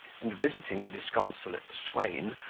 and, visiting the disconsolate swain,